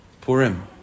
Purim